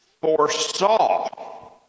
foresaw